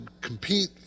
compete